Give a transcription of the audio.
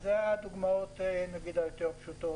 אלו הדוגמאות הפשוטות.